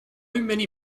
many